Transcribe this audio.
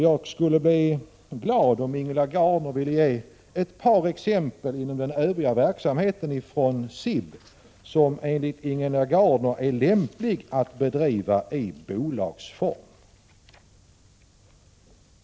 Jag skulle bli glad om Ingela Gardner ville ge ett par exempel på den övriga verksamhet inom SIB som enligt henne är lämplig att bedriva i bolagsform.